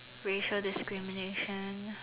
racial discrimination